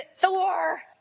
Thor